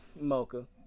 Mocha